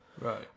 Right